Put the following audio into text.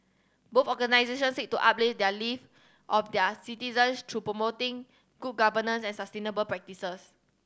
both organisation seek to uplift their live of their citizens through promoting good governance and sustainable practices